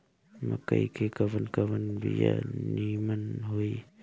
मकई के कवन कवन बिया नीमन होई?